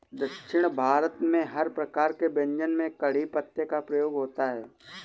दक्षिण भारत में हर प्रकार के व्यंजन में कढ़ी पत्ते का प्रयोग होता है